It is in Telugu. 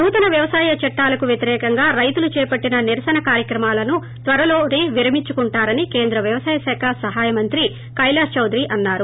నూతన వ్యవసాయ చట్టాలకు వ్యతిరేకంగా రైతులు చేపట్టిన నిరసన కార్భక్రమాలను త్వరలో విరమించుకుంటారని కేంద్ర వ్యవసాయ శాఖ సహాయ మంత్రి కైలాశ్ చౌదరి అన్నారు